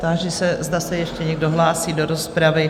Táži se, zda se ještě někdo hlásí do rozpravy?